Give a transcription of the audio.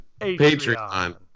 Patreon